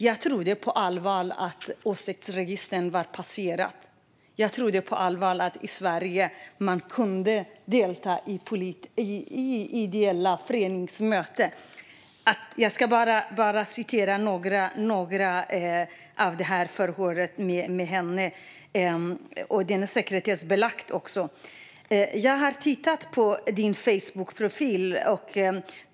Jag trodde på allvar att åsiktsregistrens tid passerat. Jag trodde på allvar att man i Sverige kunde delta på ideella föreningsmöten. Jag ska citera en del av protokollet från förhöret med henne. Det är också sekretessbelagt. - Jag har tittat på din Facebookprofil.